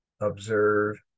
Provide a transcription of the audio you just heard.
Observe